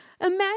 Imagine